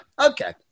okay